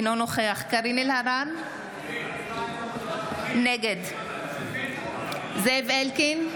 אינו נוכח קארין אלהרר, נגד זאב אלקין,